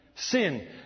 Sin